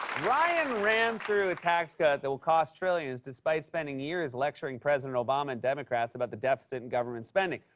ryan ran through a tax cut that will cost trillions despite spending years lecturing president obama and democrats about the deficit in government spending.